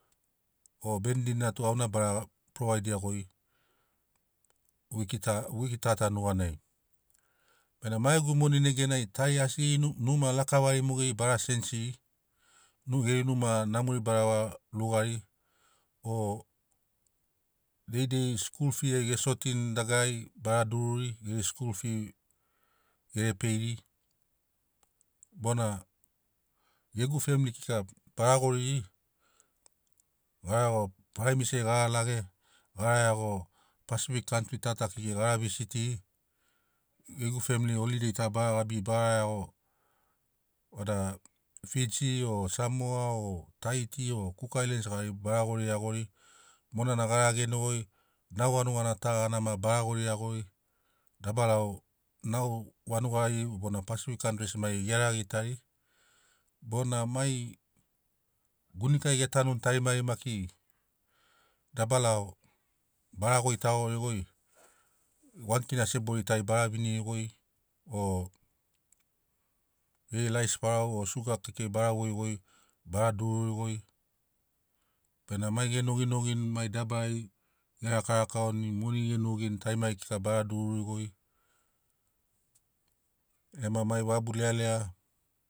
O bendini na tu au na bara provaidia goi wiki ta wiki ta ta nuganai. Bema ma gegu moni neganai tari asi geri nu uma o lakavari mogeri bara sensiri ge- geri numa namori bara vagal ugari o dei dei skul fi ai ge sotim dagarari bara dururi geri skul fi gere peifi bona gegu femili kika bara goriri gara iago faraimisiai gara lage gara iago pasifik kantri tata kekei gara visitiri gegu femili olidei ta bara gabiri bagara iago vada fiji o samoa o tahiti o cook islands gari bara gori iagori monana gara genogoi nau vanuga gana ta gana ma bara gori iagori debalao nau vanugari bona pasifik kantris maigeri gerea gitari bona mai gunikai ge tanuni tarimari maki dabalao bara goi tagori goi wan kina sebori tari bara viniri goi o geri rais farao suga kekei bara voi goi bara dururi goi benamo mai ge noginogini mai dabarai ge rakarakauni moni ge nogini tarimari kika bara dururi goi ema mai vabu lealea